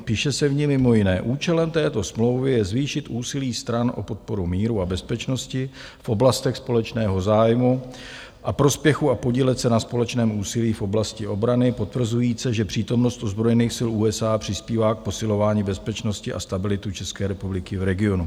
Píše se v ní mimo jiné: Účelem této smlouvy je zvýšit úsilí stran o podporu míru a bezpečnosti v oblastech společného zájmu a prospěchu a podílet se na společném úsilí v oblasti obrany, potvrzujíce, že přítomnost ozbrojených sil USA přispívá k posilování bezpečnosti a stability České republiky v regionu.